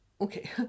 okay